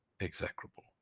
execrable